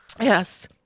Yes